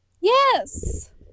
Yes